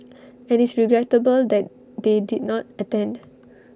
and it's regrettable that they did not attend